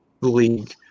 league